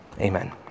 amen